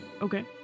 okay